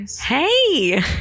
Hey